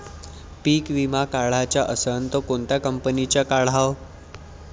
पीक विमा काढाचा असन त कोनत्या कंपनीचा काढाव?